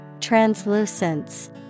Translucence